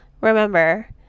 remember